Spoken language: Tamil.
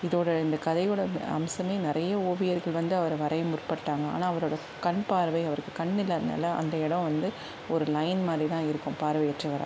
இதோட இந்த கதையோட அம்சமே நிறைய ஓவியர்கள் வந்து அவரை வரைய முற்பட்டாங்க ஆனால் அவரோட கண்பார்வை அவருக்கு கண் இல்லாததுனால அந்த இடம் வந்த ஒரு லைன் மாரிதான் இருக்கும் பார்வையற்றவராக